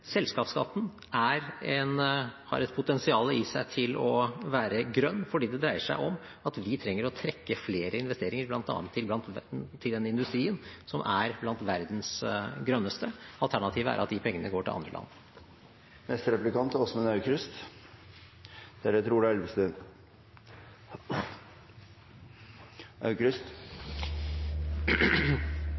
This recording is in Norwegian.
Selskapsskatten har et potensial i seg til å være grønn, fordi det dreier seg om at vi trenger å trekke flere investeringer til bl.a. den industrien som er blant verdens grønneste. Alternativet er at de pengene går til andre land.